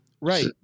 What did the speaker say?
Right